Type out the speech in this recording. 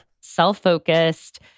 self-focused